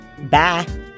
Bye